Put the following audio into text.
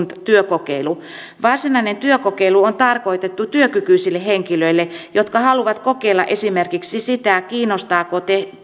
työkokeilu varsinainen työkokeilu on tarkoitettu työkykyisille henkilöille jotka haluavat kokeilla esimerkiksi sitä kiinnostaako